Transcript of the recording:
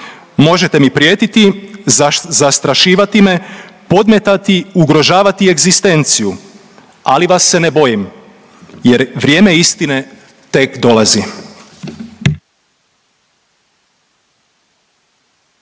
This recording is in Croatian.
„Možete mi prijetiti, zastrašivati me, podmetati, ugrožavati egzistenciju, ali vas se ne bojim jer vrijeme istine tek dolazi.“.